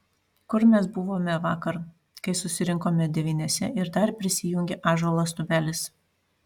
kur mes buvome vakar kai susirinkome devyniese ir dar prisijungė ąžuolas tubelis